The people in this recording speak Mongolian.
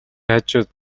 хажууд